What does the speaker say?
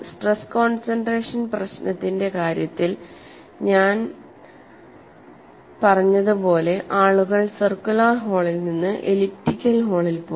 stress concentration പ്രശ്നത്തിന്റെ കാര്യത്തിൽ ഞാൻ പറഞ്ഞതുപോലെ ആളുകൾ സർക്കുലർ ഹോളിൽ നിന്ന് എലിപ്റ്റിക്കൽ ഹോളിൽ പോയി